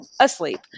asleep